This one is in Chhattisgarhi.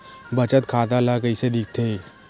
बचत खाता ला कइसे दिखथे?